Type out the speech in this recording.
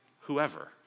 whoever